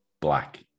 black